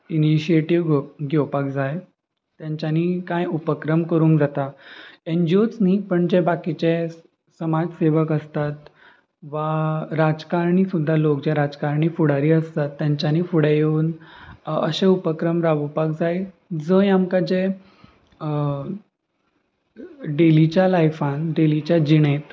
initiative घेवपाक जाय तांच्यांनी कांय उपक्रम करूंक जाता एनजीओच न्हय पण जे बाकीचे समाज सेवक आसतात वा राजकारणी सुद्दां लोक जे राजकारणी फुडारी आसतात तांच्यांनी फुडें येवन अशें उपक्रम राबोवपाक जाय जंय आमकां जे डेलीच्या लायफान डेलीच्या जिणेंत